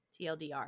tldr